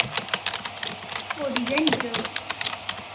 ᱚᱸᱻ ᱰᱤᱡᱟᱭᱤᱱ ᱦᱤᱥᱟᱹᱵᱽ